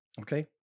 okay